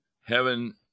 heaven